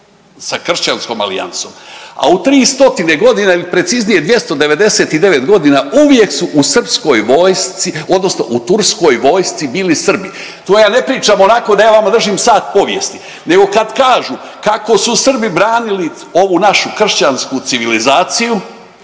sa kršćanskom Alijansom, a u 3 stotine godine ili preciznije, 299 godina uvijek su u srpskoj vojsci, odnosno u turskoj vojci bili Srbi. Tu ja ne pričam onako da ja vama držim sat povijesti nego kad kažu kako su Srbi branili ovu našu kršćansku civilizaciju